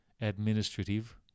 administrative